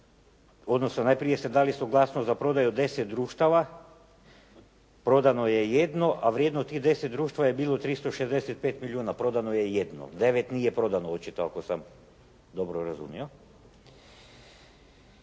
odnosno najprije ste dali suglasnost za prodaju 10 društava, prodano je jedno, a vrijednost tih 10 društava je bilo 365 milijuna. Prodano je jedno. 9 nije prodano očito, ako sam dobro razumio.